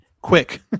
quick